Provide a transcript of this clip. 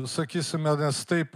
sakysime nes taip